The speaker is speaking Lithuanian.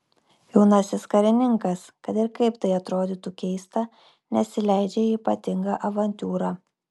jaunasis karininkas kad ir kaip tai atrodytų keista nesileidžia į ypatingą avantiūrą